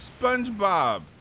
SpongeBob